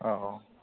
औ